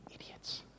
Idiots